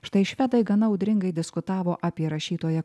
štai švedai gana audringai diskutavo apie rašytoją